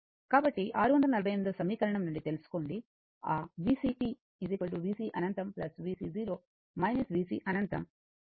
కాబట్టి 648 సమీకరణం నుండి తెలుసుకోండి ఆ vc t vc అనంతం vc 0 vc అనంతం e t τ